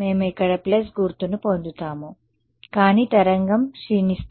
మేము ఇక్కడ ప్లస్ గుర్తును పొందుతాము కానీ తరంగం క్షీణిస్తుంది